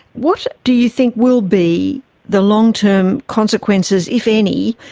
what do you think will be the long-term consequences, if any,